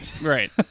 Right